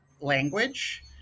language